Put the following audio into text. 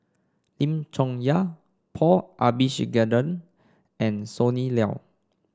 Lim Chong Yah Paul Abisheganaden and Sonny Liew